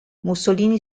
mussolini